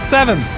Seven